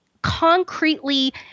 concretely